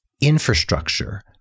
infrastructure